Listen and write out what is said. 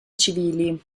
civili